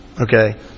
Okay